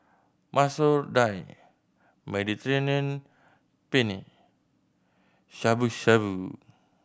Masoor Dal Mediterranean Penne Shabu Shabu